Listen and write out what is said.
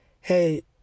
hey